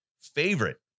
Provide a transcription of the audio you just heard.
favorite